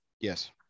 Yes